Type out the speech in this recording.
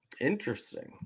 Interesting